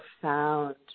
profound